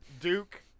Duke